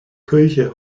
kirche